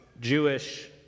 Jewish